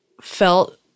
felt